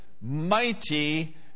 mighty